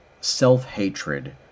self-hatred